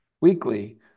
weekly